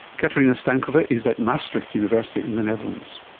katerina stankova is at maastricht university in the netherlands.